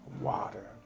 water